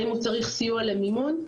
האם הוא צריך סיוע למימון,